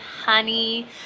honey